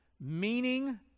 meaning